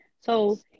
so-